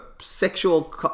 sexual